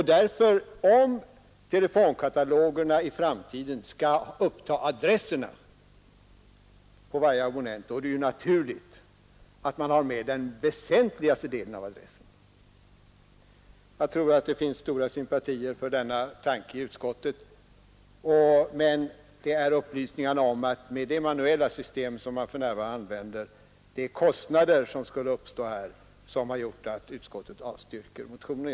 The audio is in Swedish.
Om därför telefonkatalogen i framtiden skall uppta adressen på varje abonnent är det ju naturligt att man har med den väsentligaste delen av adressen. Jag tror att det finns stora sympatier för denna tanke i utskottet, men det är upplysningarna om de kostnader som skulle uppstå med det manuella system man för närvarande använder som har gjort att utskottet avstyrkt motionen.